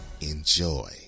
enjoy